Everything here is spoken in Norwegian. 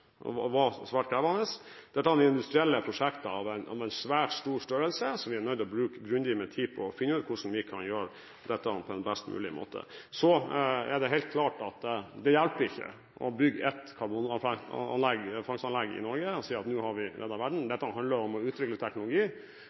krevende. Dette er industrielle prosjekter av en svært stor størrelse som vi er nødt til å bruke grundig med tid på, for å finne ut hvordan vi kan gjøre dette på en best mulig måte. Så er det helt klart at det hjelper ikke å bygge ett karbonfangstanlegg i Norge og si at nå har vi reddet verden. Dette handler om å utvikle teknologi